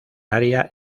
area